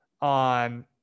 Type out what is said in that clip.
on –